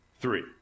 three